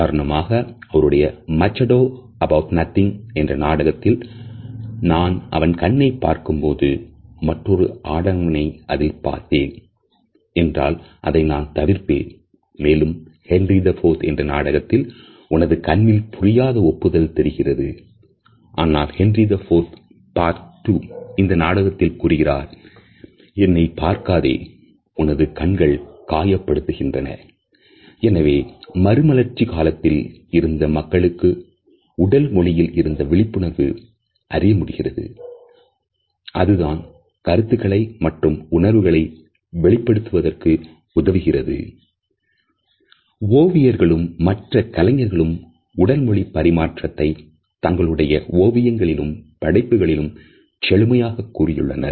உதாரணமாக அவருடைய Much Ado about Nothing என்ற நாடகத்தில் "நான் அவன் கண்ணை பார்க்கும் போது மற்றொரு ஆடவனை அதில் பார்த்தேன் என்றால் அதை நான் தவிர்ப்பேன்" மேலும் Henry IV என்ற நாடகத்தில் கூறுகிறார் "உனது கண்ணில் புரியாத ஒப்புதல் ஓவியர்களும் மற்ற கலைஞர்களும் உடல் மொழி பரிமாற்றத்தை தங்களுடைய ஓவியங்களிலும் படைப்புகளிலும் செழுமையாக கூறியுள்ளனர்